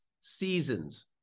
seasons